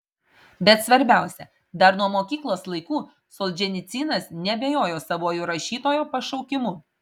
bet svarbiausia dar nuo mokyklos laikų solženicynas neabejojo savuoju rašytojo pašaukimu